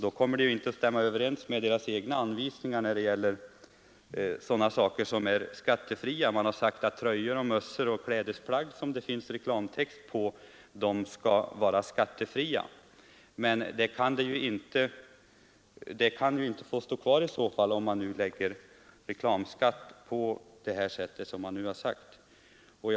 Då kommer det inte att stämma överens med riksskatteverkets egna anvisningar när det gäller skattefrihet. Tröjor, mössor och liknande klädesplagg som försetts med reklamtext skall enligt dessa anvisningar vara skattefria. Om man nu lägger reklamskatt på informationsbroschyrer kan denna anvisning inte stå kvar.